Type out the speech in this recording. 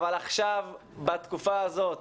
אבל עכשיו בתקופה הזאת,